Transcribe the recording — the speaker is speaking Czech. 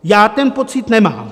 Já ten pocit nemám.